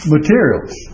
materials